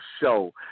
Show